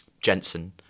Jensen